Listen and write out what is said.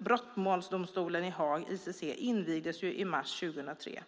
brottmålsdomstolen i Haag, ICC, invigdes i mars 2003.